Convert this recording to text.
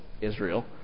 Israel